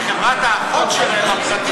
וחברת-האחות שלהם,